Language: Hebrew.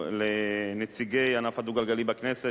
לנציגי ענף הדו-גלגלי בכנסת,